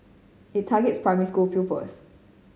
it targets primary school pupils